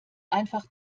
einfach